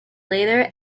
later